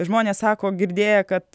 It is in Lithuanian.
žmonės sako girdėję kad